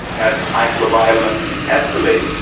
as the cycle of violence escalates,